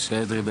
משה אדרי.